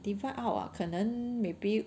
divide out ah 可能 maybe